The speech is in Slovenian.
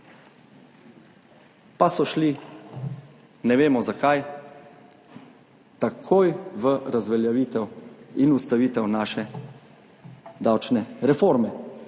Pa so šli, ne vemo zakaj, takoj v razveljavitev in ustavitev naše davčne reforme.